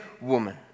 woman